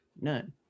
none